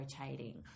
rotating